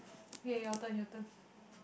okay your turn your turn